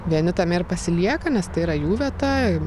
vieni tame ir pasilieka nes tai yra jų vieta ir